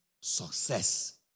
success